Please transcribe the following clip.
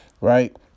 right